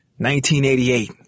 1988